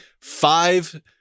five